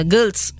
Girls